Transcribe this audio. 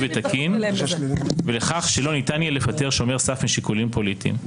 ותקין ולכך שלא ניתן יהיה לפטר שומר סף משיקולים פוליטיים.